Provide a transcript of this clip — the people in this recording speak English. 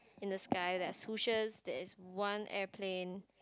in the sky there are there is one airplane